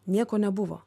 nieko nebuvo